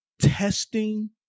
testing